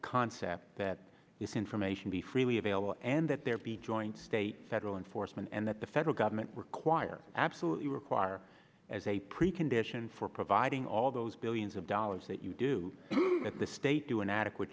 concept that this information be freely available and that there be joint state federal enforcement and that the federal government require absolutely require as a precondition for providing all those billions of dollars that you do at the state do an adequate